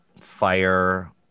fire